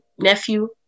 nephew